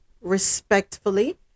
respectfully